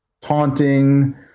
taunting